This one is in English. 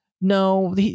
No